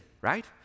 right